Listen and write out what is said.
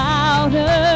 louder